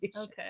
Okay